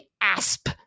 asp